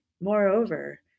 moreover